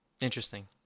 Interesting